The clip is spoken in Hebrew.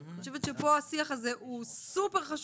אני חושבת שכאן השיח הזה הוא סופר חשוב,